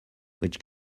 which